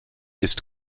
ist